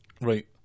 Right